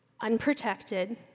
unprotected